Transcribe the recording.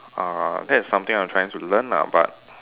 uh that is something I'm trying to learn lah but